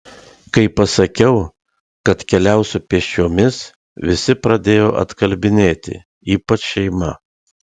kai pasakiau kad keliausiu pėsčiomis visi pradėjo atkalbinėti ypač šeima